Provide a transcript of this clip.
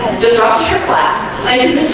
disrupt your class, i